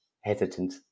hesitant